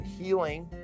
healing